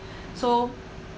so